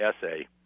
essay